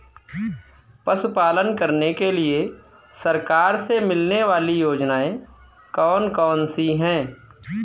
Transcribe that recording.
पशु पालन करने के लिए सरकार से मिलने वाली योजनाएँ कौन कौन सी हैं?